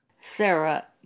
Sarah